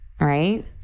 right